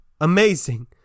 Amazing